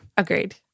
Agreed